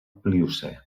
pliocè